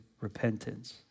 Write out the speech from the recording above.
repentance